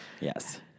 Yes